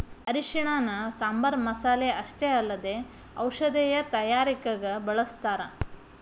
ಅರಿಶಿಣನ ಸಾಂಬಾರ್ ಮಸಾಲೆ ಅಷ್ಟೇ ಅಲ್ಲದೆ ಔಷಧೇಯ ತಯಾರಿಕಗ ಬಳಸ್ಥಾರ